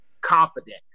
confident